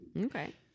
Okay